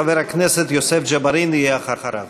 חבר הכנסת יוסף ג'בארין יהיה אחריו.